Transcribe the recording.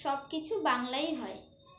সব কিছু বাংলাই হয়